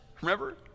Remember